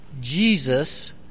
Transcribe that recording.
Jesus